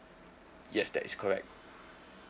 yes that is correct